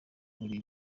buri